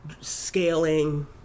scaling